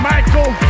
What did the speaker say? Michael